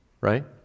right